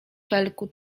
felku